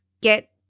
get